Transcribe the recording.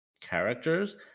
characters